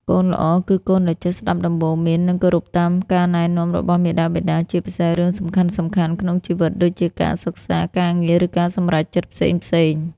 កូនល្អគឺកូនដែលចេះស្ដាប់ដំបូន្មាន និងគោរពតាមការណែនាំរបស់មាតាបិតា ជាពិសេសរឿងសំខាន់ៗក្នុងជីវិតដូចជា ការសិក្សា ការងារ ឬការសម្រេចចិត្តផ្សេងៗ។